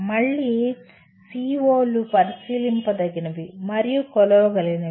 మళ్ళీ CO లు పరిశీలించదగినవి మరియు కొలవగలవి